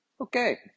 Okay